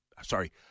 sorry